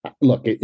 Look